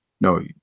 no